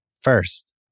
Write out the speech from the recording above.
First